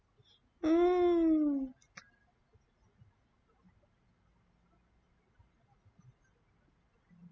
mm